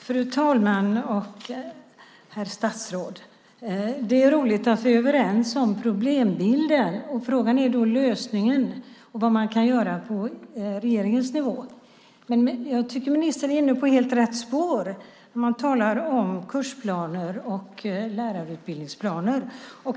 Fru talman! Herr statsråd! Det är roligt att vi är överens om problembilden. Frågan gäller då lösningen och vad man kan göra på regeringens nivå. Jag tycker att ministern är inne på helt rätt spår. Man talar om kursplaner och lärarutbildningsplaner.